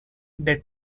they